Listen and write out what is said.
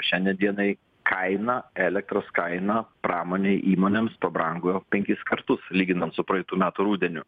šiandien dienai kaina elektros kaina pramonei įmonėms pabrango penkis kartus lyginant su praeitų metų rudeniu